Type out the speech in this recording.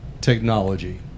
technology